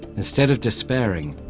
instead of despairing,